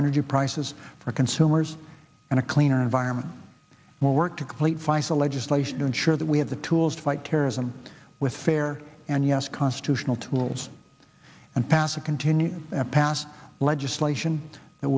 energy prices for consumers and a cleaner environment more work to complete faisel legislation to ensure that we have the tools to fight terrorism with fair and yes constitutional tools and pass a continuing pattern of legislation that